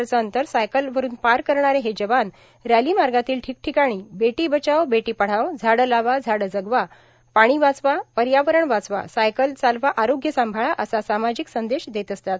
चे अंतर सायकल वरून पार करणारे हे जवान रॅलां मागातील र्ाठर्काठकाणी बेटां बचाओ बेटां पढाओ झाडं लावा झाडं जगवा पाणी वाचवा पयावरण वाचवा सायकल चालवा आरोग्य सांभाळा असा सामाजिक संदेश देतात